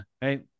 hey